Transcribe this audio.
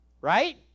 Right